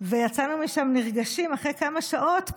ויצאנו משם נרגשים אחרי כמה שעות.